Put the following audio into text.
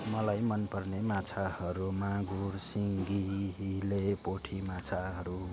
मलाई मन पर्ने माछाहरूमा घुर्सिङ्गी हिले पोटी माछाहरू हुन्